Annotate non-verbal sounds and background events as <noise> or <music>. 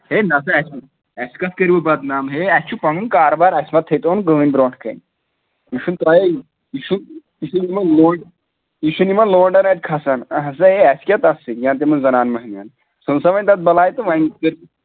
ہے نہ سا اَسہِ چھُنہٕ اَسہِ کَتھ کٔرِو بَدنام ہے اَسہِ چھُ پںُن کاربار اَسہِ مَتہٕ تھٲے تون کٕہٕنۍ برونٛٹھ کَنہِ یہِ چھُنہٕ تۄہے یہِ چھُ یہِ چھُ تِمَن لونڈٕ یہِ چھُنہ یِمَن لونڈَن اَتہِ کھَسان اہَن سا ہے اَسہِ کیٛاہ تَتھ سۭتۍ یا تِمَن زَنانہٕ مٔہنوٮ۪ن ژھٕن سا وَنہِ تَتھ بَلاے تہٕ وۄنۍ <unintelligible>